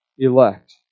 elect